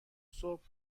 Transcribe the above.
صبح